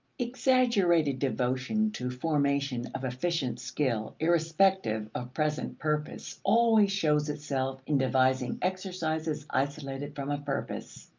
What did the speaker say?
exaggerated devotion to formation of efficient skill irrespective of present purpose always shows itself in devising exercises isolated from a purpose.